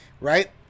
right